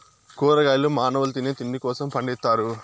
కూరగాయలు మానవుల తినే తిండి కోసం పండిత్తారు